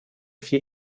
vier